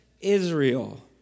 Israel